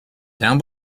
down